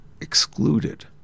excluded